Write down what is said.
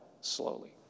slowly